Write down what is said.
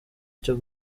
cyo